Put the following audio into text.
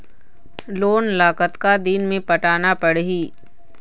Loan ला कतका दिन मे पटाना पड़ही?